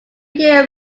year